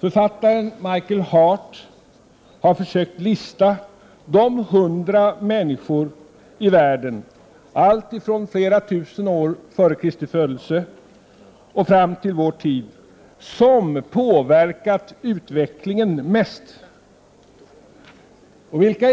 Författaren Michael Hart har försökt att göra upp en lista på de hundra människor i världen, alltifrån flera tusen år före Kristi födelse fram till vår tid, som påverkat utvecklingen mest. Vilka